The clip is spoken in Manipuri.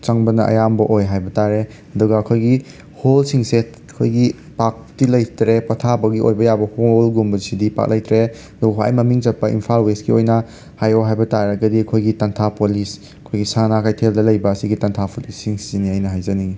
ꯆꯪꯕꯅ ꯑꯌꯥꯝꯕ ꯑꯣꯏ ꯍꯥꯏꯕ ꯇꯥꯔꯦ ꯑꯗꯨꯒ ꯑꯩꯈꯣꯏꯒꯤ ꯍꯣꯜꯁꯤꯡꯁꯦ ꯑꯩꯈꯣꯏꯒꯤ ꯄꯥꯛꯇꯤ ꯂꯩꯇ꯭ꯔꯦ ꯄꯣꯠꯊꯥꯕꯒꯤ ꯑꯣꯏꯕ ꯌꯥꯕ ꯍꯣꯜꯒꯨꯝꯕꯁꯤꯗꯤ ꯄꯥꯛꯅ ꯂꯩꯇ꯭ꯔꯦ ꯈ꯭ꯋꯥꯏ ꯃꯃꯤꯡ ꯆꯠꯄ ꯏꯝꯐꯥꯜ ꯋꯦꯁꯀꯤ ꯑꯣꯏꯅ ꯍꯥꯏꯌꯣ ꯍꯥꯏꯕ ꯇꯥꯔꯒꯗꯤ ꯑꯩꯈꯣꯏꯒꯤ ꯇꯥꯟꯊꯥꯄꯣꯂꯤꯁ ꯑꯩꯈꯣꯏꯒꯤ ꯁꯅꯥ ꯀꯩꯊꯦꯜꯗ ꯂꯩꯕꯁꯤꯒꯤ ꯇꯥꯟꯊꯥꯄꯣꯂꯤꯁꯁꯤꯅꯦ ꯑꯩꯅ ꯍꯥꯏꯖꯅꯤꯡꯏ